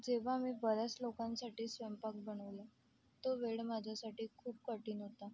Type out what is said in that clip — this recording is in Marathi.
जेव्हा मी बऱ्याच लोकांसाठी स्वयंपाक बनवला तो वेळ माझ्यासाठी खूप कठीण होता